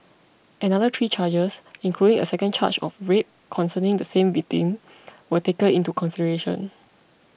another three charges including a second charge of rape concerning the same victim were taken into consideration